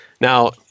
Now